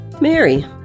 Mary